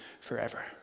forever